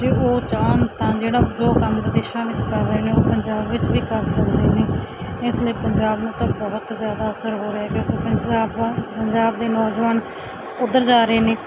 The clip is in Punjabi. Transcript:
ਜੇ ਉਹ ਚਾਹੁੰਣ ਤਾਂ ਜਿਹੜਾ ਜੋ ਕੰਮ ਵਿਦੇਸ਼ਾਂ ਵਿੱਚ ਕਰ ਰਹੇ ਨੇ ਉਹ ਪੰਜਾਬ ਵਿੱਚ ਵੀ ਕਰ ਸਕਦੇ ਨੇ ਇਸ ਲਈ ਪੰਜਾਬ ਨੂੰ ਤਾਂ ਬਹੁਤ ਜ਼ਿਆਦਾ ਅਸਰ ਹੋ ਰਿਹਾ ਹੈ ਕਿਉਂਕਿ ਪੰਜਾਬ ਦਾ ਪੰਜਾਬ ਦੇ ਨੌਜਵਾਨ ਉੱਧਰ ਜਾ ਰਹੇ ਨੇ